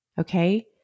Okay